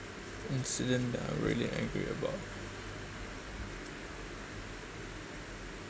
incident that I'm really angry about